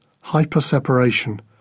hyper-separation